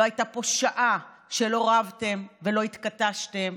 לא הייתה פה שעה שלא רבתם ולא התכתשתם,